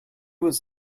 was